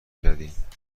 کردیم